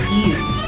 ease